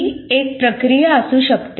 ही एक प्रक्रिया असू शकते